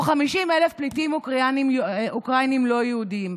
או 50,000 פליטים אוקראינים לא יהודים,